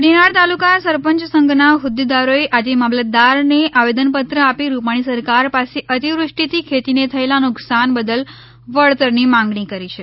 કોડીનાર તાલુકા સરપંચ સંઘના કોદ્દેદારોએ આજે મામલતદારને આવેદનપત્ર આપી રૂપાણી સરકાર પાસે અતિવૃષ્ટિથી ખેતીને થયેલા નુકશાન બદલ વળતરની માંગણી કરી છે